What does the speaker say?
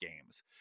games